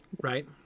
Right